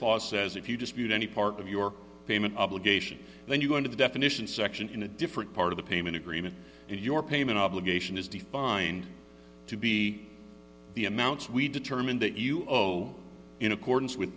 clause says if you dispute any part of your payment obligation then you go into the definition section in a different part of the payment agreement and your payment obligation is defined to be the amounts we determine that you owe in accordance with